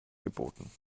geboten